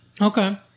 Okay